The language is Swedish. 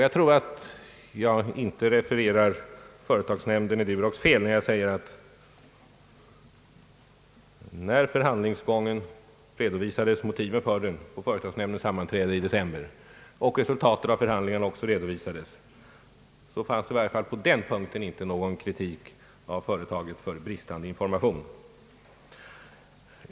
Jag tror att jag inte refererar företagsnämnden i Durox fel när jag säger att då motiven för förhandlingsgången och resultatet av förhandlingarna redovisades vid nämndens sammanträde i december förekom i varje fall på den punkten icke någon kritik mot företaget för bristande information.